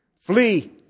Flee